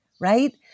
right